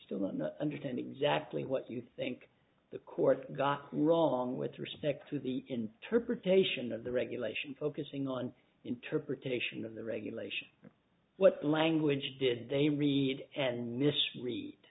still don't understand exactly what you think the court got wrong with respect to the interpretation of the regulation focusing on interpretation of the regulation what language did they read and misread